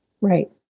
right